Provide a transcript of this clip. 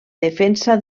defensa